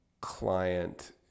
client